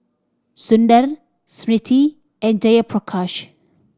Sundar Smriti and Jayaprakash